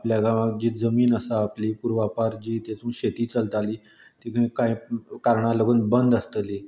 आपल्या गावांत जी जमीन आसा आपली पुर्वापार जी तेतूंत शेती चलताली ती बीन कांय कारणाक लागून बंद आसतली